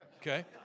okay